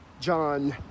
John